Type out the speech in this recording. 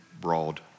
broad